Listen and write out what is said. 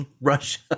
Russia